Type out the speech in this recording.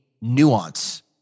nuance